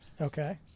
Okay